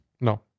No